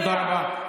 תודה רבה.